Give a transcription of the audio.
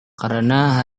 karena